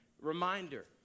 Reminder